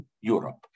Europe